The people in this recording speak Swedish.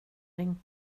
ringt